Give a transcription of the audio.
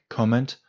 comment